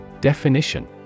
Definition